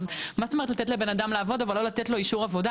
מה זאת אומרת לתת לבן אדם לעבוד אבל לא לתת לו אישור עבודה?